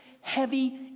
heavy